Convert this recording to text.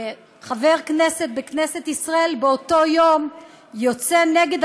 וחבר כנסת בכנסת ישראל באותו היום יוצא נגד